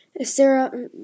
Sarah